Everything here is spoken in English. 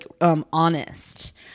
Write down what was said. honest